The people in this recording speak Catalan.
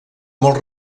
molt